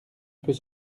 peut